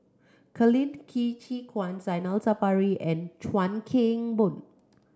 Colin Ki Chi Kuan Zainal Sapari and Chuan Keng Boon